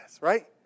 right